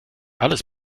alles